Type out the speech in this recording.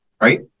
right